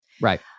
Right